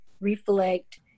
reflect